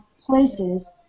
places